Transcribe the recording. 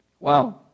Wow